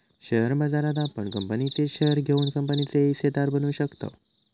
share बाजारात आपण कंपनीचे शेअर घेऊन कंपनीचे हिस्सेदार बनू शकताव